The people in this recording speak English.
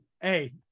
Hey